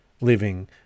living